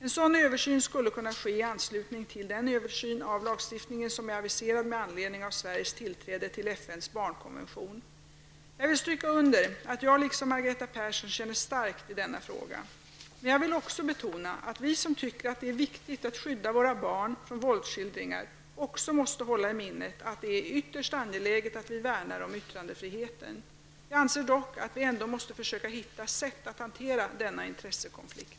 En sådan översyn skulle kunna ske i anslutning till den översyn av lagstiftningen som är aviserad med anledning av Sveriges tillträde till FNs barnkonvention. Jag vill stryka under att jag, liksom Margareta Persson, känner starkt i denna fråga. Men jag vill också betona att vi som tycker att det är viktigt att skydda våra barn från våldsskildringar också måste hålla i minnet att det är ytterst angeläget att vi värnar om yttrandefriheten. Jag anser dock att vi ändå måste försöka hitta sätt att hantera denna intressekonflikt.